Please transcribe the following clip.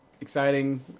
Exciting